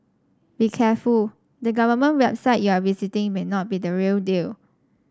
be careful the government website you are visiting may not be the real deal